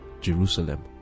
Jerusalem